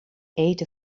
eten